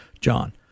John